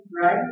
right